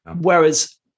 Whereas